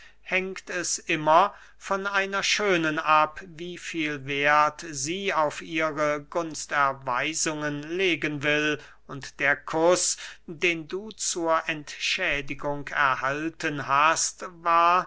hängt es immer von einer schönen ab wie viel werth sie auf ihre gunsterweisungen legen will und der kuß den du zur entschädigung erhalten hast war